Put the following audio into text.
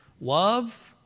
Love